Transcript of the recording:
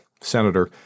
senator